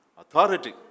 authority